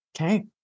Okay